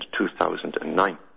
2009